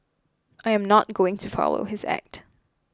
I am not going to follow his act